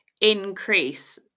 increase